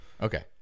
Okay